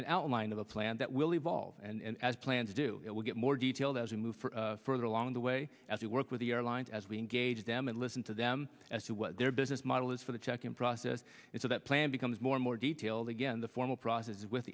an outline of a plan that will evolve and as plans do we'll get more details as we move further along the way as we work with the airlines as we engage them and listen to them as to what their business model is for the check and process it so that plan becomes more and more detailed again the formal process with